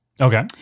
Okay